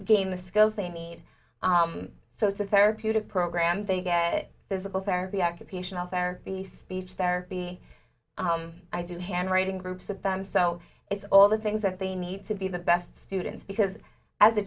gain the skills they need so it's a therapeutic program they get physical therapy occupational therapy speech therapy i do handwriting groups with them so it's all the things that they need to be the best students because as a